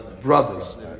brothers